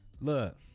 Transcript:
Look